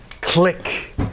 click